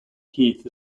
heath